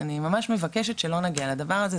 אני ממש מבקשת שלא נגיע לדבר הזה,